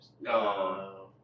No